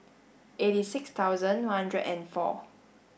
eighty six thousand one hundred and four